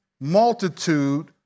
multitude